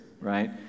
right